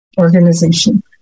organization